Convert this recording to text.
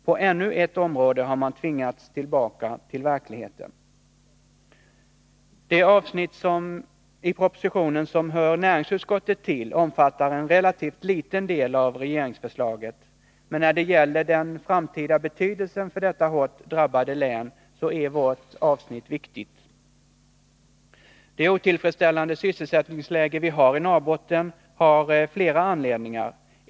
På ännu ett område har man tvingats tillbaka till verkligheten. Det avsnitt i propositionen som hör näringsutskottet till omfattar en relativt liten del av det här regeringsförslaget, men när det gäller den framtida betydelsen för detta hårt drabbade län är vårt avsnitt viktigt. Att sysselsättningsläget i Norrbotten är otillfredsställande har flera anledningar.